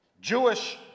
Jewish